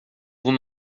vous